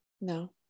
no